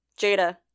Jada